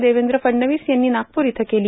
देवेंद्र फडणवीस यांनी नागपूर इथं केली